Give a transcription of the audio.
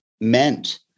meant